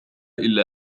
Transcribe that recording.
إلا